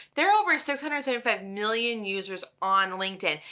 there are over six hundred sort of ah million users on linkedin.